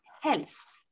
health